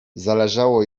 zależało